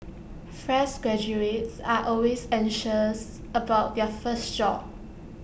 fresh graduates are always anxious about their first job